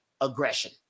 aggression